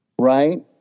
right